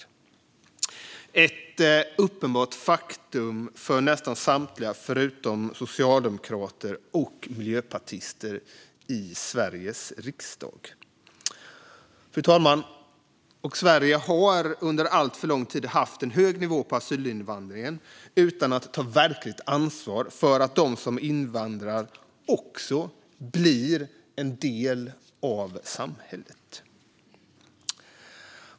Det är ett uppenbart faktum för nästan samtliga, förutom socialdemokrater och miljöpartister i Sveriges riksdag. Fru talman! Sverige har under alltför lång tid haft en hög nivå på asylinvandringen utan att ta verkligt ansvar för att de som invandrar också blir en del av samhället.